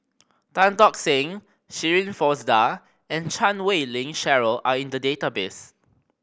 Tan Tock Seng Shirin Fozdar and Chan Wei Ling Cheryl are in the database